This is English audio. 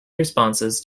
responses